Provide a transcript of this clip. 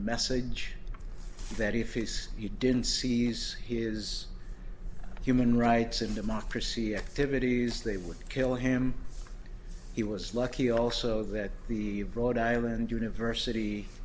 message that he face you didn't see these is human rights and democracy activities they would kill him he was lucky also that the broad island university